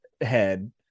head